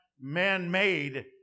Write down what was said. man-made